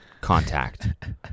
contact